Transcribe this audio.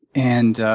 and